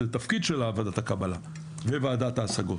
שזה התפקיד של ועדת הקבלה וועדת ההשגות